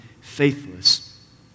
faithless